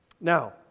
Now